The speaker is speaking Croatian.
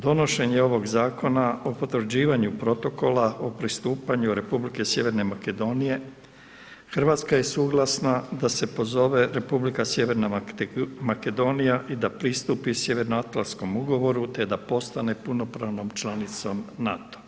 Donošenje ovog zakona, o potvrđivanju protokola, o pristupanju Republike Sjeverne Makedonija, Hrvatska je suglasna da se pozove Republika Sjeverna Makedonija i da pristupi Sjeveroatlantskom ugovoru te da postane punopravnom članicom NATO.